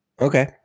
Okay